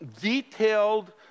detailed